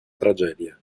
tragedia